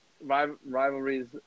rivalries